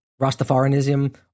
Rastafarianism